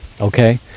okay